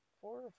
Four